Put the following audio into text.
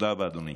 תודה רבה, אדוני.